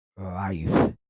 life